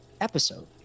episode